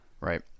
right